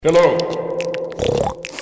Hello